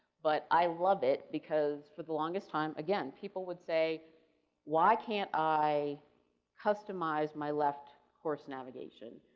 but i love it, because for the longest time again, people would say why can't i customize my left course navigation.